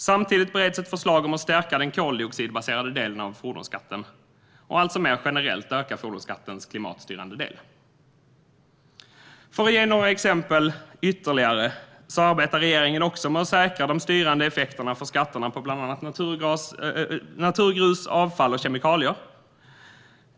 Samtidigt bereds ett förslag om att stärka den koldioxidbaserade delen av fordonsskatten och alltså mer generellt öka fordonsskattens klimatstyrande del. För att ge ytterligare några exempel arbetar regeringen också med att säkra de styrande effekterna för skatterna på bland annat naturgrus, avfall och kemikalier.